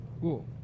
Cool